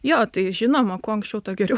jo tai žinoma kuo anksčiau tuo geriau